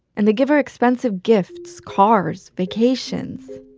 and they give her expensive gifts, cars, vacations.